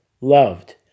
loved